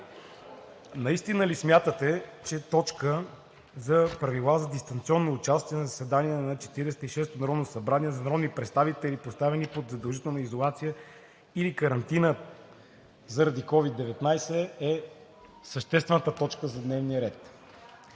Наистина ли смятате, че точката за Правила за дистанционно участие в заседанията на Четиридесет и шестото народно събрание на народни представители, поставени под задължителна изолация или карантина заради COVID-19, е съществената точка за дневния ред?!